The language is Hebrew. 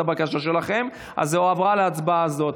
הבקשה שלכם אז היא הועברה להצבעה הזאת.